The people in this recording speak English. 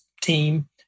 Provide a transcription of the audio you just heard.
team